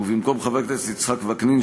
במקום חבר הכנסת יצחק וקנין,